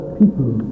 people